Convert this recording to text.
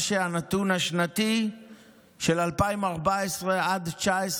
הנתון השנתי של 2014 עד 2019,